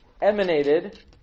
Emanated